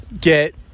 get